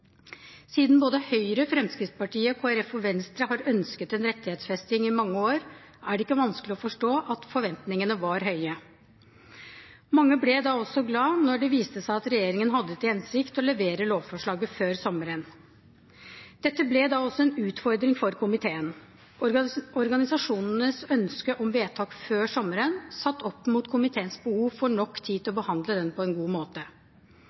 Siden både Høyre, Fremskrittspartiet, Kristelig Folkeparti og Venstre i mange år har ønsket en rettighetsfesting, er det ikke vanskelig å forstå at forventningene var høye. Mange ble da også glade da det viste seg at regjeringen hadde til hensikt å levere lovforslaget før sommeren. Dette ble også en utfordring for komiteen: organisasjonenes ønske om vedtak før sommeren satt opp mot komiteens behov for nok tid til å behandle lovforslaget på en god måte.